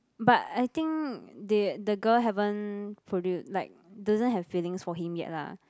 but I think they the girl haven't produce like doesn't have feelings for him yet lah